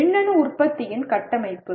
மின்னணு உற்பத்தியின் கட்டமைப்பு